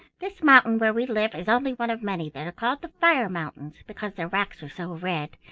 this mountain where we live is only one of many that are called the fire mountains, because their rocks are so red,